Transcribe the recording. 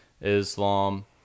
Islam